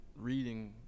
reading